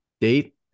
date